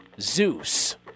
Zeus